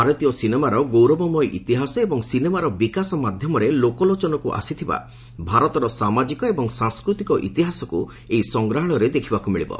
ଭାରତୀୟ ସିନେମାର ଗୌରବମୟ ଇତିହାସ ଏବଂ ସିନେମାର ବିକାଶ ମାଧ୍ୟମରେ ଲୋକଲୋଚନକୁ ଆସିଥିବା ଭାରତର ସାମାଜିକ ଏବଂ ସାଂସ୍କୃତିକ ଇତିହାସକୁ ଏହି ସଂଗ୍ରହାଳୟରେ ଦେଖିବାକୁ ମିଳିବ